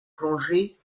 plongée